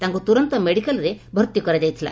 ତାଙ୍କୁ ତୁରନ୍ତ ମେଡିକାଲ୍ରେ ଭର୍ତି କରାଯାଇଥିଲା